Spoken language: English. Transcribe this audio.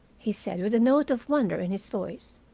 he said, with a note of wonder in his voice.